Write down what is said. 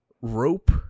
rope